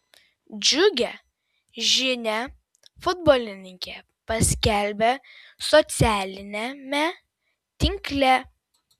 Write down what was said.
džiugią žinią futbolininkė paskelbė socialiniame tinkle